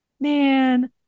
man